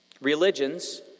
Religions